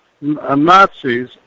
Nazis